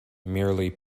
merely